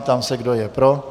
Ptám se, kdo je pro.